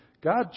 God